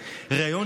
אגב,